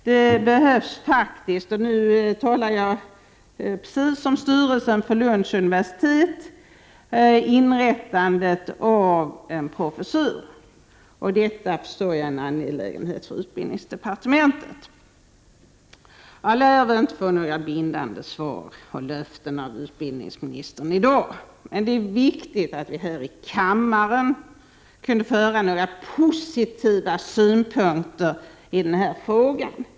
Därför behöver man — och nu uttalar jag mig på samma sätt som styrelsen för Lunds universitet — inrätta en professur. Detta är, förstår jag, en angelägenhet för utbildningsdepartementet. Jag lär väl inte få några bindande löften av utbildningsministern i dag, men det är viktigt att vi här i kammaren får höra några positiva synpunkter i den här frågan.